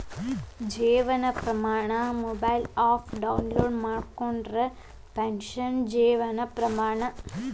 Jeevan Pramaan mobile app download ಮಾಡ್ಕೊಂಡ್ರ pension Jeevan Pramaan ಪತ್ರಾನ ತೊಕ್ಕೊಬೋದು